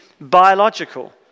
biological